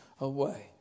away